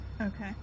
Okay